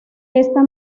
esta